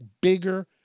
bigger